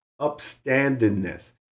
upstandingness